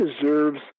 deserves